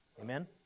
Amen